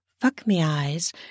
fuck-me-eyes